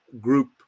group